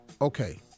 okay